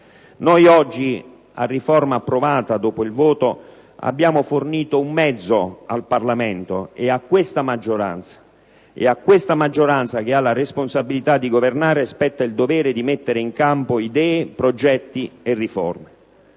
Oggi, a riforma approvata dopo il voto, abbiamo fornito un mezzo al Parlamento e a questa maggioranza, che ha la responsabilità di governare, spetta il dovere di mettere in campo idee, progetti e riforme.